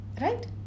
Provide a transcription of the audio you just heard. right